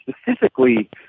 specifically